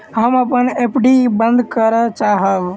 हम अपन एफ.डी बंद करय चाहब